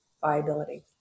viability